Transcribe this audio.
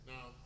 Now